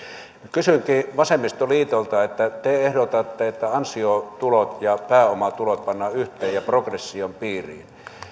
kysynkin vasemmistoliitolta kun te ehdotatte että ansiotulot ja pääomatulot pannaan yhteen ja progression piiriin